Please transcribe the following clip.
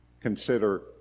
consider